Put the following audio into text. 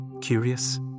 Curious